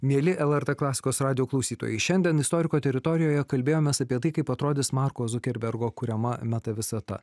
mieli lrt klasikos radijo klausytojai šiandien istoriko teritorijoje kalbėjomės apie tai kaip atrodys marko zukerbergo kuriama meta visata